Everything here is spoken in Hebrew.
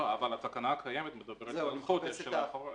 התקנה הקיימת מדברת על חודש.